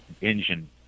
engine